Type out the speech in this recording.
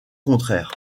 contraire